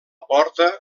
porta